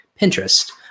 Pinterest